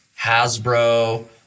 Hasbro